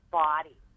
body